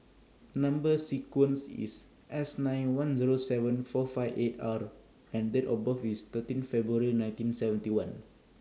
Number sequence IS S nine one Zero seven four five eight R and Date of birth IS thirteen February nineteen seventy one